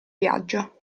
viaggio